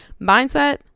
Mindset